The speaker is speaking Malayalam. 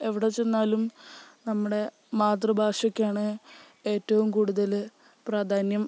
എവിടെ ചെന്നാലും നമ്മുടെ മാതൃഭാഷക്കാണ് ഏറ്റവും കൂടുതൽ പ്രാധാന്യം